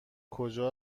کجا